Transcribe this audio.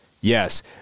Yes